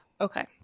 Okay